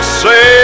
say